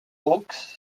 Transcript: hawks